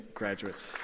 graduates